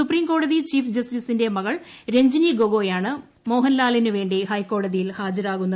supreme കോടതി chief ജസ്റ്റിസിന്റെ മകൾ രഞ്ജിനി ഗൊഗോയ് ആണ് മോഹൻലാലിനുവേണ്ടി ഹൈക്കോടതിയിൽ ഹാജരാകുന്നത്